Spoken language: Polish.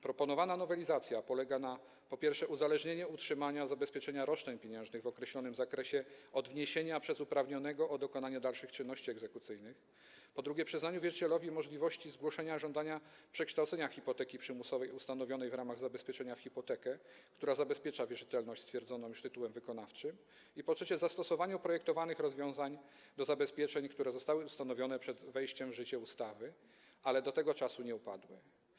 Proponowana nowelizacja polega na, po pierwsze, uzależnieniu utrzymania zabezpieczenia roszczeń pieniężnych w określonym zakresie od wniesienia przez uprawnionego o dokonanie dalszych czynności egzekucyjnych, po drugie, przyznaniu wierzycielowi możliwości zgłoszenia żądania przekształcenia hipoteki przymusowej ustanowionej w ramach zabezpieczenia w hipotekę, która zabezpiecza wierzytelność stwierdzoną już tytułem wykonawczym, po trzecie, zastosowaniu projektowanych rozwiązań do zabezpieczeń, które zostały ustanowione przed wejściem w życie ustawy, ale do tego czasu nie upadły.